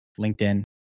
LinkedIn